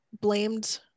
blamed